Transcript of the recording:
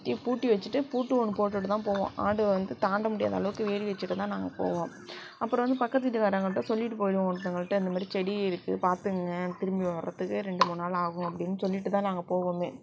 சுற்றி பூட்டி வச்சுட்டு பூட்டு ஒன்று போட்டுட்டுதான் போவோம் ஆடு வந்து தாண்ட முடியாத அளவுக்கு வேலி வெச்சுட்டுதான் நாங்கள் போவோம் அப்புறம் வந்து பக்கத்து வீட்டுக்காரங்கள்கிட்ட சொல்லிட்டு போயிடுவோம் ஒருத்தங்கள்ட்ட இந்த மாதிரி செடி இருக்குது பார்த்துங்க திரும்பி வரத்துக்கு ரெண்டு மூணுநாள் ஆகும் அப்படின்னு சொல்லிட்டுதான் நாங்கள் போவோம்